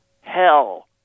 hell